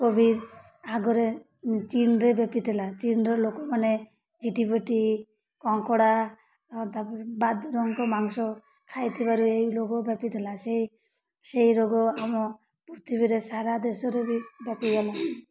Covid ଆଗରେ ଚୀନରେ ବ୍ୟାପି ଥିଲା ଚୀନର ଲୋକମାନେ ଝିଟିପିଟି କଙ୍କଡ଼ା ତାପରେ ବାଦୁୁଡ଼ିଙ୍କ ମାଂସ ଖାଇଥିବାରୁ ଏଇ ରୋଗ ବ୍ୟାପିଥିଲା ସେ ସେ ରୋଗ ଆମ ପୃଥିବୀରେ ସାରା ଦେଶରେ ବି ବ୍ୟାପିଗଲା